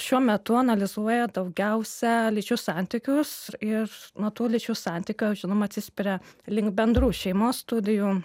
šiuo metu analizuoja daugiausia lyčių santykius ir nuo tų lyčių santykio žinoma atsispiria link bendrų šeimos studijų